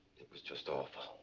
it was just awful.